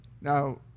Now